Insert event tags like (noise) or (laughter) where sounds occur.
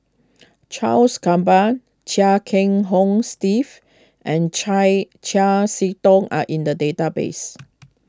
Charles Gamba Chia Kiah Hong Steve and Chai Chiam See Tong are in the database (noise)